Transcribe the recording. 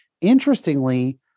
Interestingly